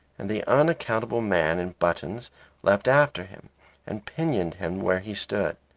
and the unaccountable man in buttons leapt after him and pinioned him where he stood.